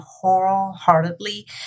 wholeheartedly